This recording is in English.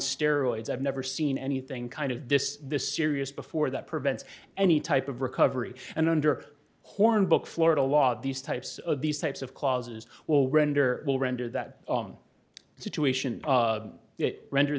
steroids i've never seen anything kind of this this serious before that prevents any type of recovery and under hornbook florida law these types of these types of clauses will render will render that on situation render